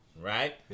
Right